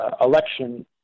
election